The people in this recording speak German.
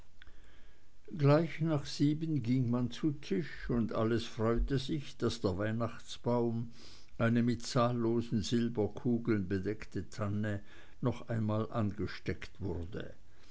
gleich nach sieben ging man zu tisch und alles freute sich daß der weihnachtsbaum eine mit zahllosen silberkugeln bedeckte tanne noch einmal angesteckt wurde